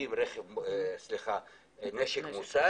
מחזיקים נשק מוסדר